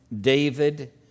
david